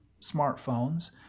smartphones